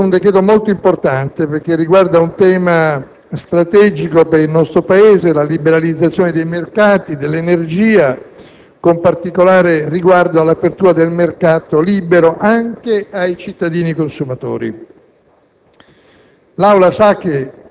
Credo anche che si tratti di un decreto molto importante perché riguarda un tema strategico per il nostro Paese: la liberalizzazione dei mercati dell'energia, con particolare riguardo all'apertura del mercato libero anche ai cittadini consumatori.